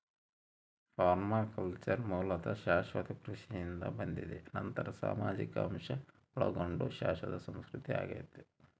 permaculture ಮೂಲತಃ ಶಾಶ್ವತ ಕೃಷಿಯಿಂದ ಬಂದಿದೆ ನಂತರ ಸಾಮಾಜಿಕ ಅಂಶ ಒಳಗೊಂಡ ಶಾಶ್ವತ ಸಂಸ್ಕೃತಿ ಆಗಿದೆ